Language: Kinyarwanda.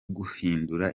guhindura